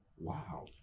Wow